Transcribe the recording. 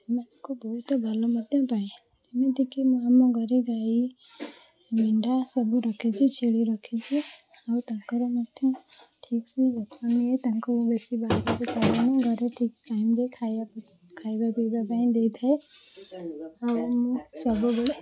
ସେମାନଙ୍କୁ ବହୁତ ଭଲ ମଧ୍ୟ ପାଏ ଯେମିତିକି ମୁଁ ଆମ ଘରେ ଗାଈ ମେଣ୍ଡା ସବୁ ରଖିଛି ଛେଳି ରଖିଛି ଆଉ ତାଙ୍କର ମଧ୍ୟ ଠିକ୍ ସେ ଯତ୍ନ ନିଏ ତାଙ୍କୁ ବେଶୀ ବାହାରକୁ ଛଡ଼େନି ଘରେ ଠିକ୍ ଟାଇମରେ ଖାଇବାକୁ ଖାଇବା ପିଇବା ପାଇଁ ଦେଇଥାଏ ଆଉ ମୁଁ ସବୁବେଳେ